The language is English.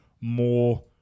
more